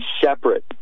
separate